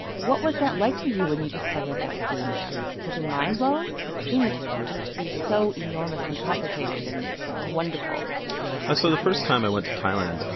what was that like for you when you discovered that scene there? was your mind blown? it seems just to be so enormous and complicated and wonderful ah so the first time i went to thailand,